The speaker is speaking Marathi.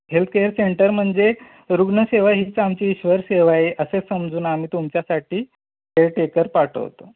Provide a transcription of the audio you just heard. हेल्थकेअर सेंटर म्हणजे रुग्णसेवा हीच आमची इश्वरसेवा आहे असे समजून आम्ही तुमच्यासाठी केअरटेकर पाठवतो